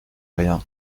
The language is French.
rien